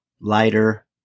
lighter